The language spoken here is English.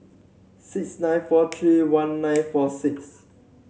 six nine four three one nine four six